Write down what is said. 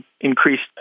increased